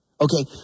Okay